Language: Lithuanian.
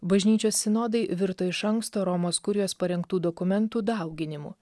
bažnyčios sinodai virto iš anksto romos kurijos parengtų dokumentų dauginimu